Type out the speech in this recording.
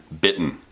bitten